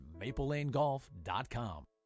maplelanegolf.com